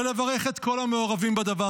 ולברך את כל המעורבים בדבר,